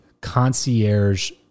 concierge